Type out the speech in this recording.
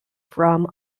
from